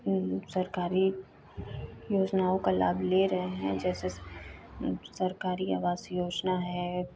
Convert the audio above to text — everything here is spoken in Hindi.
सरकारी योजनाओं का लाभ ले रहे हैं जैसे सरकारी आवास योजना है